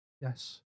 yes